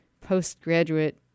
postgraduate